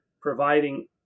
providing